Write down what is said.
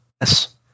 Yes